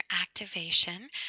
Activation